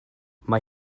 mae